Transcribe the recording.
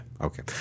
okay